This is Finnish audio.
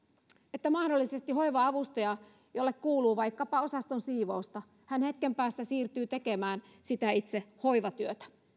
että mahdollisesti hoiva avustaja jolle kuuluu vaikkapa osaston siivousta hetken päästä siirtyy tekemään sitä itse hoivatyötä